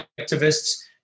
activists